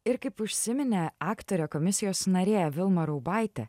ir kaip užsiminė aktorė komisijos narė vilma raubaitė